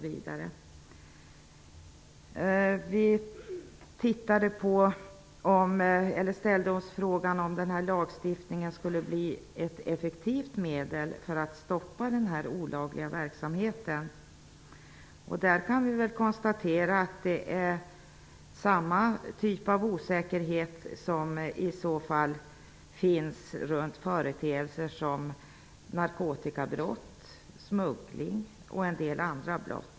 Vi frågade oss om lagstiftningen skulle bli ett effektivt medel för att stoppa denna olagliga verksamhet. Vi kan konstatera att samma osäkerhet finns när det gäller sådant som exempelvis narkotikabrott och smuggling.